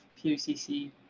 pucc